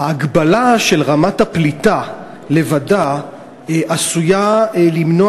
ההגבלה של רמת הפליטה לבדה עשויה למנוע